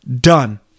Done